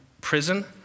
prison